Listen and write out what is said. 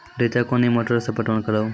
रेचा कोनी मोटर सऽ पटवन करव?